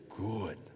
good